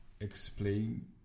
explain